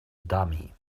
dummy